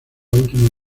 última